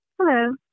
Hello